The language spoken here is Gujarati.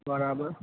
બરાબર